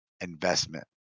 investment